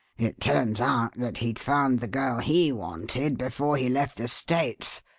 it turns out that he'd found the girl he wanted before he left the states,